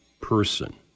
person